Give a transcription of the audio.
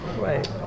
Right